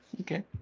Okay